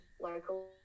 local